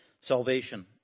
Salvation